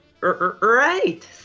Right